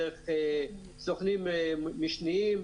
דרך סוכנים משניים,